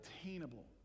attainable